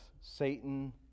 Satan